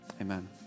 Amen